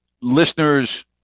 listeners